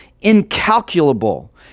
incalculable